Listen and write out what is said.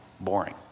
boring